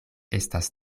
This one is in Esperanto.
estas